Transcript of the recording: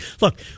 Look